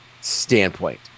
standpoint